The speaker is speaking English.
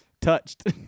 touched